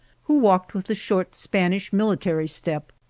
who walked with the short spanish mili tary step,